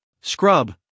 scrub